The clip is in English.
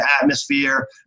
atmosphere